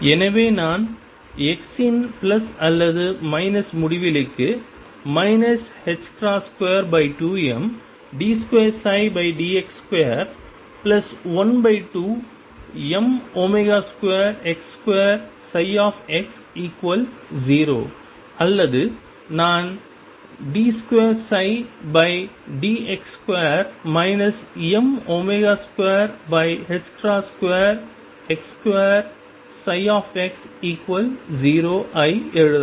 எனவேநான் x இன் plus அல்லது minus முடிவிலிக்கு 22md2dx2 12m2x2x0 அல்லது நான் d2dx2 m22x2x0 ஐ எழுதலாம்